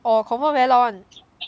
oh confirm very loud [one]